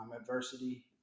adversity